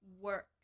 work